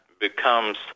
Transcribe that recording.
becomes